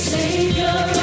Savior